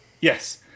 Yes